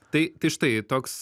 tai tai štai toks